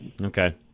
okay